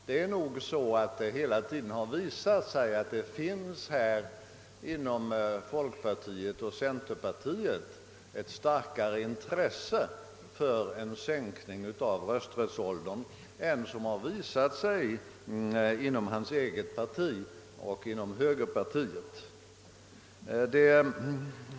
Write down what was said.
Hela tiden har det nog visat sig att det inom folkpartiet och centerpartiet finns ett starkare intresse för en sänkning av rösträttsåldern än inom hans eget parti och inom högerpartiet.